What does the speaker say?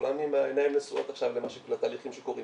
כולנו עם העיניים נשואות לתהליכים שקורים